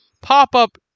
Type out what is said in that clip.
pop-up